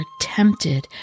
tempted